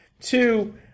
Two